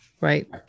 right